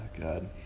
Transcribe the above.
god